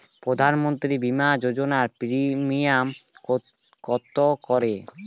প্রধানমন্ত্রী বিমা যোজনা প্রিমিয়াম কত করে?